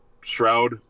Shroud